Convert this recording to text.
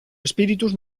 espíritus